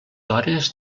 hores